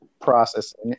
processing